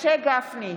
משה גפני,